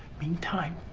meantime